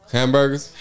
Hamburgers